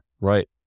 Right